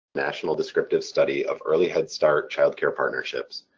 national descriptive study of early head start-child care partnerships.